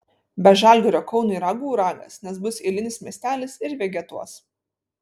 be žalgirio kaunui ragų ragas nes bus eilinis miestelis ir vegetuos